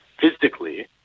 physically